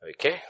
Okay